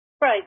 Right